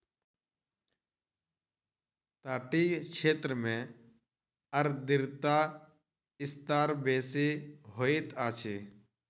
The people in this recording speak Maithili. तटीय क्षेत्र में आर्द्रता स्तर बेसी होइत अछि